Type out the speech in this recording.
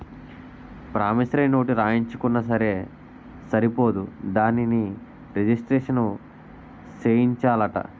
promissory note రాయించుకున్నా సరే సరిపోదు దానిని రిజిస్ట్రేషను సేయించాలట